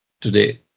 today